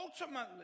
ultimately